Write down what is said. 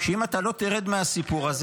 שאם אתה לא תרד מהסיפור הזה,